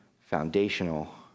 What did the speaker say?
foundational